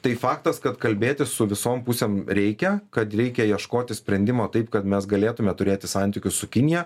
tai faktas kad kalbėtis su visom pusėm reikia kad reikia ieškoti sprendimo taip kad mes galėtume turėti santykius su kinija